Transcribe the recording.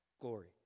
glory